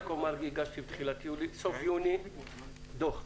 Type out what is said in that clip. יעקב מרגי, הגשתי בסוף יוני דוח אישי.